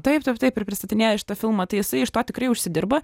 taip taip taip ir pristatinėjošitą filmą tai jisai iš to tikrai užsidirbo